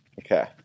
Okay